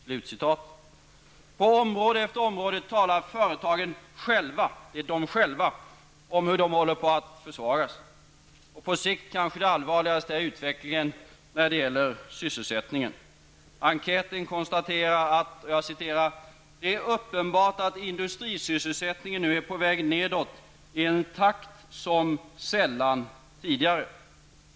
Företagen talar själva om hur de på område efter område håller på att försvagas. Och det allvarligaste på sikt är kanske utvecklingen när det gäller sysselsättningen. Enkäten konstaterar att det är ''uppenbart att industrisysselsättningen nu är på väg nedåt i en takt som sällan tidigare''.